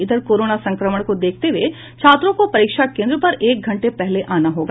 इधर कोरोना संक्रमण को देखते हुए छात्रों को परीक्षा केन्द्र पर एक घंटे पहले आना होगा